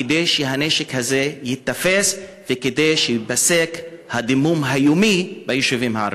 כדי שהנשק הזה ייתפס וכדי שייפסק הדימום היומי ביישובים הערביים.